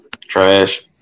trash